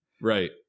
Right